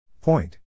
Point